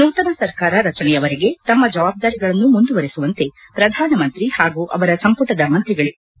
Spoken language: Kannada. ನೂತನ ಸರ್ಕಾರ ರಚನೆಯವರೆಗೆ ತಮ್ನ ಜವಾಬ್ದಾರಿಗಳನ್ನು ಮುಂದುವರೆಸುವಂತೆ ಪ್ರಧಾನಮಂತ್ರಿ ಹಾಗೂ ಅವರ ಸಂಪುಟದ ಮಂತ್ರಿಗಳಿಗೆ ನಿರ್ದೇತಿಸಿದ್ದಾರೆ